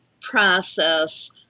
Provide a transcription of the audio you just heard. process